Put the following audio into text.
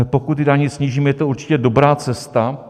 Pokud ty daně snížíme, je to určitě dobrá cesta.